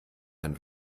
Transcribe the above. ein